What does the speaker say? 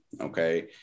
okay